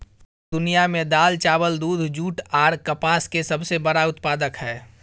भारत दुनिया में दाल, चावल, दूध, जूट आर कपास के सबसे बड़ा उत्पादक हय